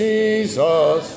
Jesus